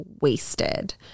Wasted